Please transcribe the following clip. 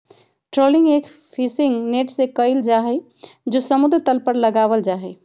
trawling एक fishing net से कइल जाहई जो समुद्र तल पर लगावल जाहई